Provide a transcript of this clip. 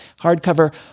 hardcover